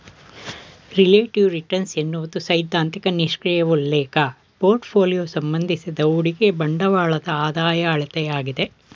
relative return ಎನ್ನುವುದು ಸೈದ್ಧಾಂತಿಕ ನಿಷ್ಕ್ರಿಯ ಉಲ್ಲೇಖ ಪೋರ್ಟ್ಫೋಲಿಯೋ ಸಂಬಂಧಿಸಿದ ಹೂಡಿಕೆ ಬಂಡವಾಳದ ಆದಾಯ ಅಳತೆಯಾಗಿದೆ